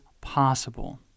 possible